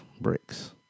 Bricks